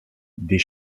des